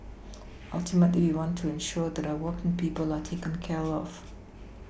ultimately we want to ensure that our working people are taken care of